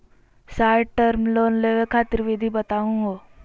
Short term loan लेवे खातीर विधि बताहु हो?